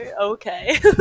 Okay